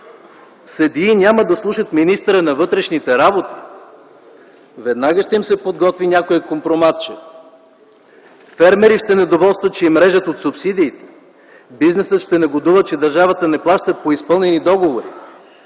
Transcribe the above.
Съдии няма да слушат министъра на вътрешните работи?! Веднага ще им се подготви някое компроматче. Фермери ще недоволстват, че им режат от субсидиите?! Бизнесът ще негодува, че държавата не плаща по изпълнени договори?!